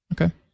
Okay